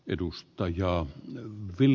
edustaja bill